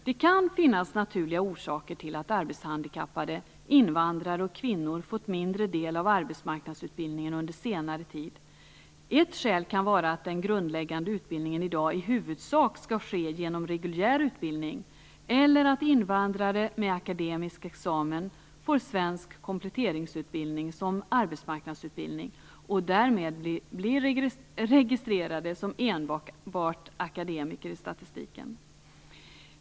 Det kan finnas naturliga orsaker till att arbetshandikappade, invandrare och kvinnor fått mindre del av arbetsmarknadsutbildningen under senare tid. Ett skäl kan vara att den grundläggande utbildningen i dag i huvudsak skall ske genom reguljär utbildning eller att invandrare med akademisk examen får svensk kompletteringsutbildning som arbetsmarknadsutbildning och därmed blir registrerade som enbart akademiker i statistiken.